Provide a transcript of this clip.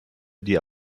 die